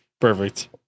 perfect